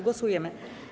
Głosujemy.